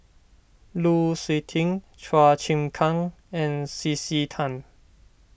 Lu Suitin Chua Chim Kang and C C Tan